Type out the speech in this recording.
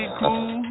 cool